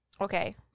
Okay